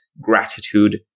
gratitude